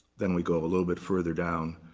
then we go a little bit further down.